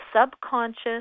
subconscious